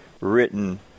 written